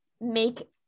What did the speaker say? make